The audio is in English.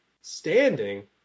standing